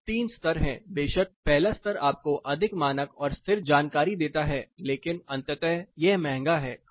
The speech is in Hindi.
तो 3 स्तर हैं बेशक पहला स्तर आपको अधिक मानक और स्थिर जानकारी देता है लेकिन अंततः यह महंगा है